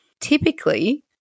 Typically